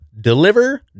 deliver